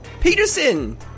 Peterson